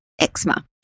eczema